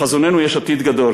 לחזוננו יש עתיד גדול